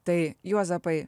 tai juozapai